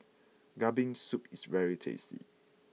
Kambing Soup is very tasty